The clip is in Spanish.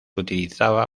utilizaba